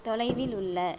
தொலைவில் உள்ள